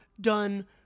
done